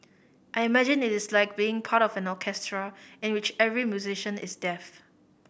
I imagine it is like being part of an orchestra in which every musician is deaf